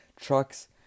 trucks